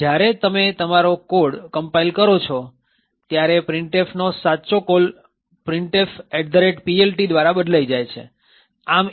જ્યારે તમે તમારો કોડ કમ્પાઈલ કરો છો ત્યારે printf નો જે સાચો કોલ છે તે printfPLT દ્વારા બદલાઈ જાય છે